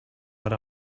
ara